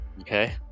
Okay